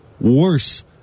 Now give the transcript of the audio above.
worse